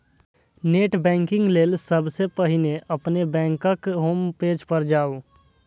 net banking लेल सबसं पहिने अपन बैंकक होम पेज पर जाउ